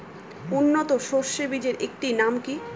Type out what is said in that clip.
উন্নত সরষে বীজের একটি নাম কি?